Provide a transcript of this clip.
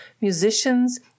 musicians